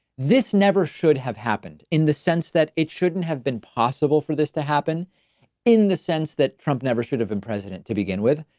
this never should have happened in the sense that it shouldn't have been possible for this to happen in the sense that trump never should've been president to begin with,